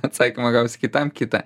atsakymą gausi kitam kitą